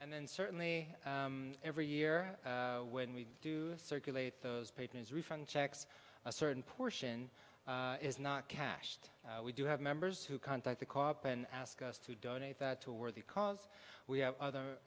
and then certainly every year when we do circulate those papers refund checks a certain portion is not cashed we do have members who contact the cop and ask us to donate to a worthy cause we have other